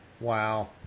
wow